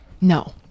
no